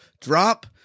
drop